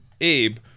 Abe